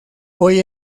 hoy